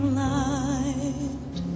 light